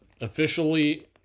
officially